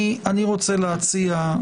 אני רוצה להציע,